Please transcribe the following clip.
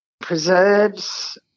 preserves